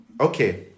Okay